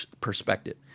perspective